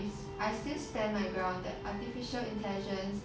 I still stand my ground that artificial intelligence